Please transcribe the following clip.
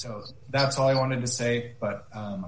so that's all i wanted to say but